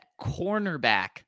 cornerback